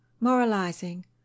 moralizing